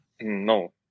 No